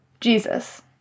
Jesus